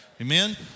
Amen